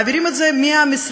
מעבירים את זה מהמשרד